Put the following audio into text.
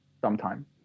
sometime